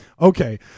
okay